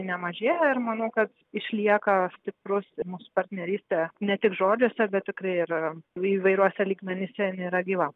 nemažėja ar manau kad išlieka stiprus mūsų partnerystė ne tik žodžiuose bet tikrai yra bei įvairiuose lygmenyse jinai yra gyva